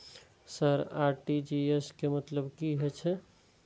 Sir RTGS के मतलब की हे छे?